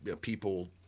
people